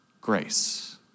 grace